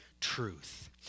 truth